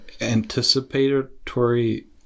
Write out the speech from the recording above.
anticipatory